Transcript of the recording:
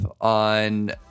on